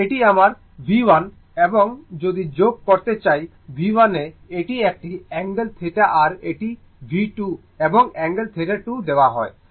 ধরুন এটি আমার V1 আমি এটি যোগ করতে চাই V1 এ এটি একটি অ্যাঙ্গেল θ আর এটি V2 এবংঅ্যাঙ্গেলটি θ2 দেওয়া হয়